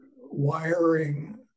wiring